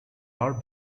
are